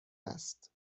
است